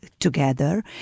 Together